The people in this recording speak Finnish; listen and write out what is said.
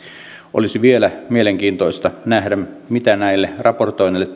olisi vielä mielenkiintoista nähdä mitä näille raportoinneille